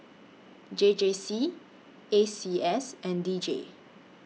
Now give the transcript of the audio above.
J J C A C S and D J